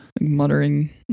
muttering